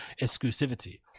exclusivity